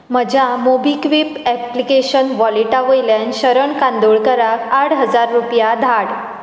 म्हज्या MobiKwik application वॉलेटा वयल्यान शरण कांदोळकाराक आठ हजार रुपया धाड